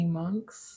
monks